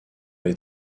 les